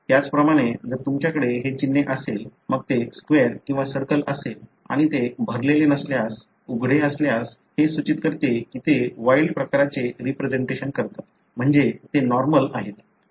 त्याचप्रमाणे जर तुमच्याकडे हे चिन्ह असेल मग ते स्क्वेर किंवा सर्कल असेल आणि ते भरलेले नसल्यास उघडे असल्यास हे सूचित करते की ते वाइल्ड प्रकाराचे रिप्रेसेंटेशन करतात म्हणजे ते नॉर्मल आहेत